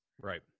right